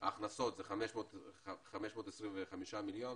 ההכנסות הן 525 מיליון